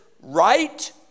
right